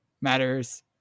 matters